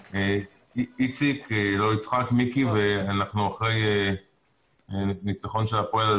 קודם כול אנחנו אחרי ניצחון של "הפועל" על